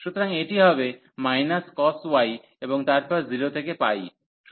সুতরাং এটি হবে cos y এবং তারপরে 0 থেকে π